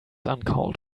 uncalled